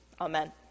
Amen